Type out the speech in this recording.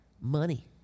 money